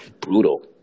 brutal